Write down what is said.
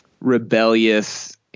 rebellious